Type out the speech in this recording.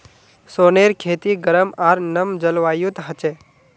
सोनेर खेती गरम आर नम जलवायुत ह छे